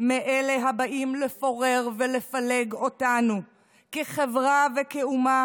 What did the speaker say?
מאלה הבאים לפורר ולפלג אותנו כחברה וכאומה,